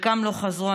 חלקם לא חזרו,